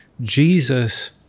Jesus